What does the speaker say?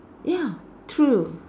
ya true